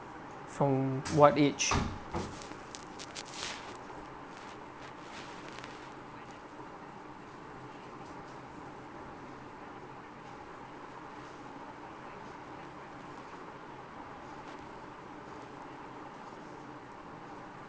from what age